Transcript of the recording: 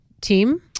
Team